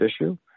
issue